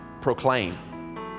proclaim